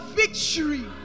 victory